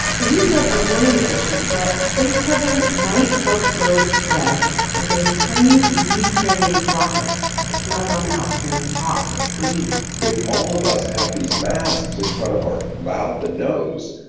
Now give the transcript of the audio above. and he said on morning edition that a face covering might help slow the spread of those tiny, disease-carrying droplets that come out of our mouth when we talk or breathe if all of us have these masks in front of our mouth and nose,